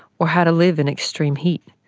or how to live in extreme heat.